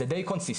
זה די קונסיסטנטי,